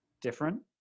different